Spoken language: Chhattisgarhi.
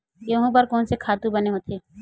गेहूं बर कोन से खातु बने होथे?